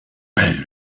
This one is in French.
paye